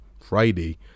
Friday